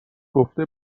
گفته